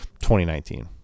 2019